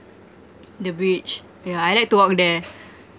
the bridge yeah I like to walk there